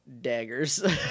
daggers